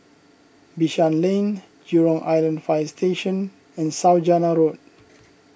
Bishan Lane Jurong Island Fire Station and Saujana Road